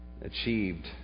achieved